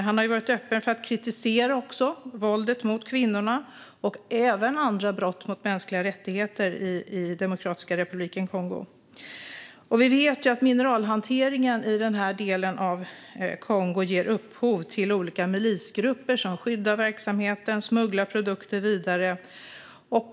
Han har också varit öppen med att kritisera våldet mot kvinnor och även andra brott mot mänskliga rättigheter i Demokratiska republiken Kongo. Vi vet att mineralhanteringen i denna del av Kongo ger upphov till olika milisgrupper som skyddar verksamheten och smugglar produkter vidare.